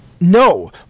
No